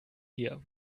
hier